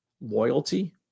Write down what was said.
loyalty